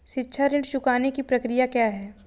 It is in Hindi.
शिक्षा ऋण चुकाने की प्रक्रिया क्या है?